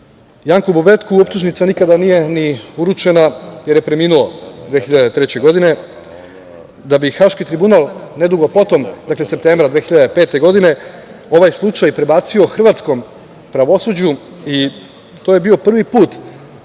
Bobetku optužnica nikada nije ni uručena jer je preminuo 2003. godine da bi Haški tribunal nedugo potom, dakle septembra 2005. godine ovaj slučaj prebacio hrvatskom pravosuđu i to je bio prvi put,